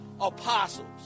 apostles